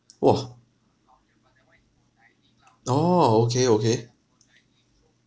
!wah! oh okay okay